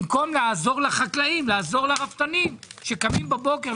במקום לעזור לחקלאים ולרפתנים שקמים בבוקר.